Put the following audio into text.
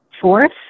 Fourth